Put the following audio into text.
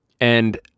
and-